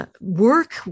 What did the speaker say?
work